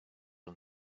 him